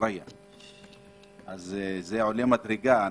זה עולה מדרגה.